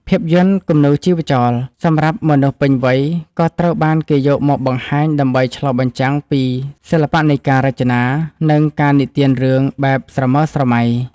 ភាពយន្តគំនូរជីវចល សម្រាប់មនុស្សពេញវ័យ ក៏ត្រូវបានគេយកមកបង្ហាញដើម្បីឆ្លុះបញ្ចាំងពីសិល្បៈនៃការរចនា និងការនិទានរឿងបែបស្រមើស្រមៃ។